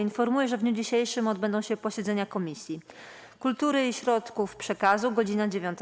Informuję, że w dniu dzisiejszym odbędą się posiedzenia Komisji: - Kultury i Środków Przekazu - godz. 9,